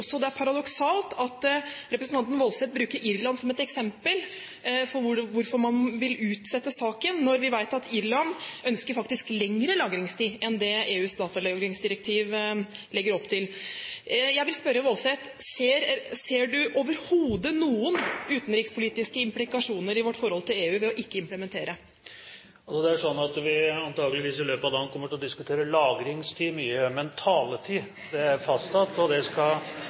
det er paradoksalt at representanten Woldseth bruker Irland som et eksempel på hvorfor man vil utsette saken, når vi vet at Irland faktisk ønsker lengre lagringstid enn EUs datalagringsdirektiv legger opp til. Jeg vil spørre Woldseth: Ser hun overhodet noen utenrikspolitiske implikasjoner i vårt forhold til EU ved ikke å implementere? Det er sånn at vi antakeligvis i løpet av dagen kommer til å diskutere lagringstid mye. Men taletid er fastsatt, og skal overholdes. Jo da, og jeg har for så vidt drøftet det